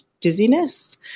dizziness